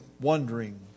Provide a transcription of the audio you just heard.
wondering